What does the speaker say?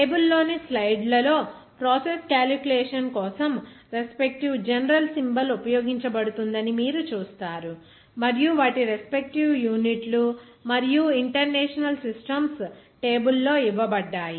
table లోని స్లైడ్లలో process calculation కోసం రెస్పెక్టీవ్ జనరల్ సింబల్ ఉపయోగించబడుతుందని మీరు చూస్తారు మరియు వాటి రెస్పెక్టీవ్ యూనిట్లు మరియు ఇంటర్నేషనల్ సిస్టమ్స్ టేబుల్ లో ఇవ్వబడ్డాయి